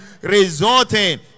resulting